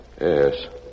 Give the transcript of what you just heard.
Yes